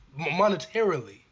monetarily